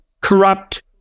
corrupt